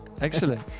excellent